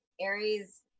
Aries